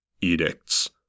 Edicts